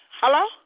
Hello